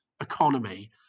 economy